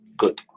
good